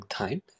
time